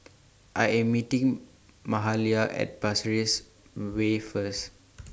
I Am meeting Mahalia At Pasir Ris Way First